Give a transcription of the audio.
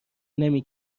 نمی